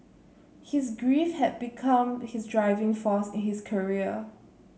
his grief had become his driving force in his career